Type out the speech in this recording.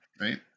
right